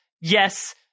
yes